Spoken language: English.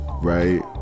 Right